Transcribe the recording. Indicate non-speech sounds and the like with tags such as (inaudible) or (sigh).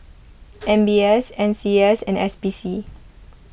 (noise) M B S N C S and S P C